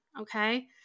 okay